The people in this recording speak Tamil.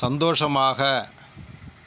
சந்தோஷமாக